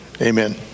Amen